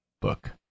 book